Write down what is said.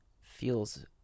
feels